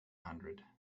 hundred